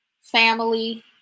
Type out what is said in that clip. family